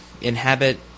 inhabit